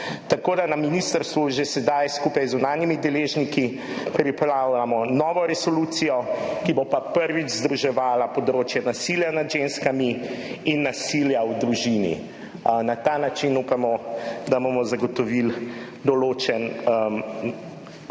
Tako da na Ministrstvu že sedaj, skupaj z zunanjimi deležniki, pripravljamo novo resolucijo, ki bo pa prvič združevala področje nasilja nad ženskami in nasilja v družini. Na ta način upamo, da bomo zagotovili določen korak